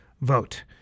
vote